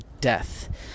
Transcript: death